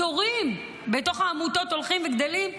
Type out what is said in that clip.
התורים בתוך העמותות הולכים וגדלים,